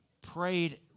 prayed